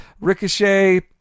Ricochet